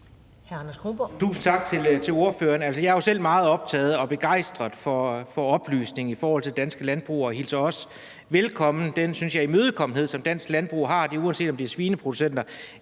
Tusind tak til ordføreren. Jeg er jo selv meget optaget af og begejstret for oplysning i forhold til dansk landbrug og hilser også den – synes jeg – imødekommenhed, som dansk landbrug har, velkommen. Og uanset om det er svineproducenter